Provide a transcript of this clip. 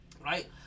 right